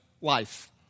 life